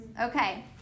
Okay